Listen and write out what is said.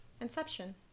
inception